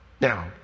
Now